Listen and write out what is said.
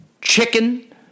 Chicken